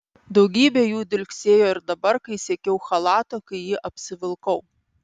daugybė jų dilgsėjo ir dabar kai siekiau chalato kai jį apsivilkau